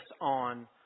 on